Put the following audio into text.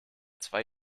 zwei